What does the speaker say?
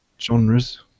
genres